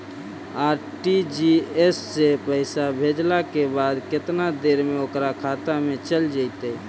RTGS से पैसा भेजला के बाद केतना देर मे ओकर खाता मे चल जितै?